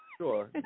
Sure